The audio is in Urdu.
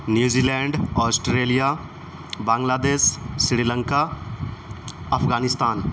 new Zealand Australia Bangladesh Sri Lanka Afghanistan